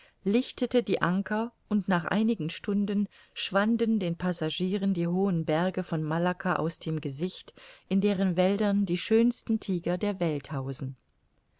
lichtete die anker und nach einigen stunden schwanden den passagieren die hohen berge von malacca aus dem gesicht in deren wäldern die schönsten tiger der